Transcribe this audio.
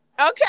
Okay